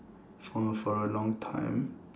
for for a long time